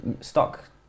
stock